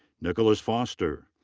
nicholas foster.